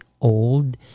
old